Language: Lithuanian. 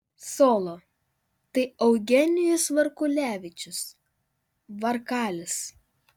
solo tai eugenijus varkulevičius varkalis